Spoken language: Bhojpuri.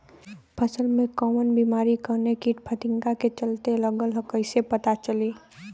फसल में कवन बेमारी कवने कीट फतिंगा के चलते लगल ह कइसे पता चली?